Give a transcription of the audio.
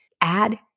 add